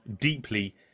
deeply